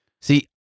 See